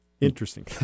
Interesting